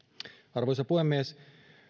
arvoisa puhemies